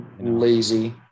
lazy